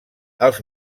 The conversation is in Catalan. els